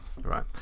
Right